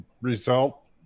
result